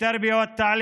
בחינוך ובתרבות,